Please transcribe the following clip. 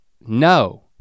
no